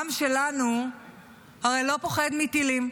העם שלנו הרי לא פוחד מטילים,